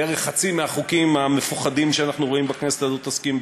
בערך חצי מהחוקים המפוחדים שאנחנו רואים בכנסת הזאת עוסקים בזה.